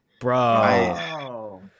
Bro